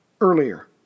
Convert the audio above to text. earlier